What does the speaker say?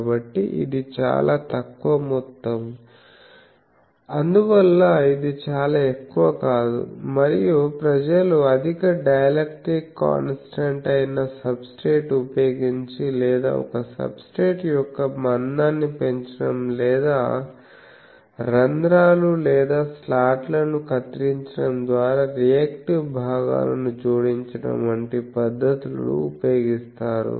కాబట్టి ఇది చాలా తక్కువ మొత్తం అందువల్ల ఇది చాలా ఎక్కువ కాదు మరియు ప్రజలు అధిక డైఎలక్ట్రిక్ కాన్స్టాంట్ అయిన సబ్స్ట్రేట్ ఉపయోగించి లేదా ఒక సబ్స్ట్రేట్ యొక్క మందాన్ని పెంచడం లేదా రంధ్రాలు లేదా స్లాట్లను కత్తిరించడం లేదా రియాక్టివ్ భాగాలను జోడించడం వంటి పద్ధతులు ఉపయోగిస్తారు